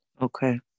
Okay